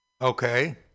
Okay